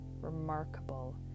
remarkable